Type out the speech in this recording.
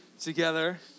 together